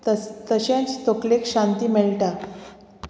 तस तशेंच तकलेक शांती मेळटा